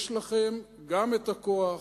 יש לכם גם את הכוח,